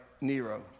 Nero